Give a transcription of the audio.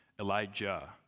Elijah